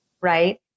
right